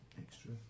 extra